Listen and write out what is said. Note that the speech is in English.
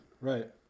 Right